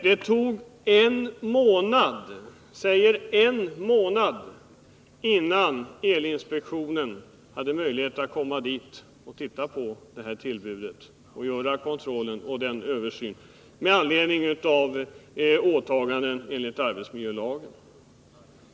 Det tog en månad — säger en månad — innan elinspektionen hade möjlighet att komma dit, titta på tillbudet och göra kontroll och översyn i anslutning till åtaganden enligt arbetsmiljölagen.